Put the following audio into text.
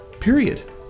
period